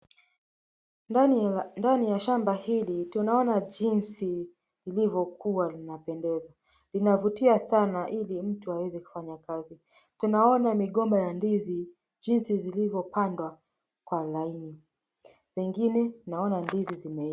Ndani ya shamba hili tunaona jisi lilivyokua linapendeza. Inavutia sana ili mtu aweze kufanya kazi. Tunaona migomba ya ndizi jinsi zilizopandwa kwa laini. Pengine naona ndizi zimeiva.